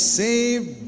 saved